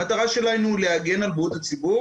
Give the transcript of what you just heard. המטרה שלנו היא להגן על בריאות הציבור